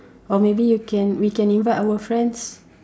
or maybe you can we can invite our friends